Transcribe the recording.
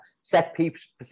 set-piece